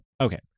okay